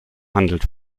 handelt